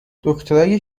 دکترای